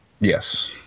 Yes